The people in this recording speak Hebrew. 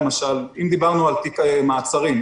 למשל אם דיברנו על תיק מעצרים,